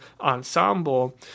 ensemble